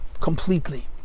completely